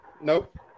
Nope